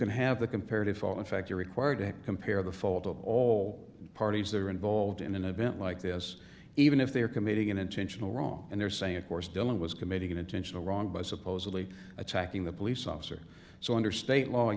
can have the comparative fall effect you're required to compare the fault of all parties that are involved in an event like this even if they're committing an intentional wrong and they're saying of course dylan was committing an intentional wrong by supposedly attacking the police officer so under state law i